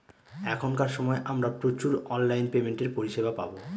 এখনকার সময় আমরা প্রচুর অনলাইন পেমেন্টের পরিষেবা পাবো